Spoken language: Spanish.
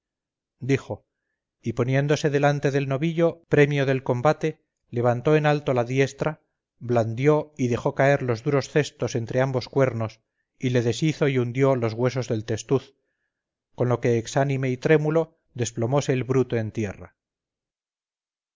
dijo y poniéndose delante del novillo premio del combate levantó en alto la diestra blandió y dejó caer los duros cestos entre ambos cuernos y le deshizo y hundió los huesos del testuz con lo que exánime y trémulo desplomose el bruto en tierra